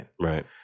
Right